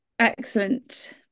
Excellent